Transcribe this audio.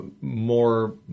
more